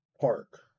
Park